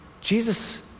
Jesus